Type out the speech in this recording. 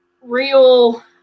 real